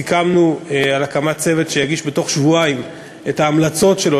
סיכמנו על הקמת צוות שיגיש בתוך שבועיים את ההמלצות שלו,